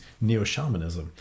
neo-shamanism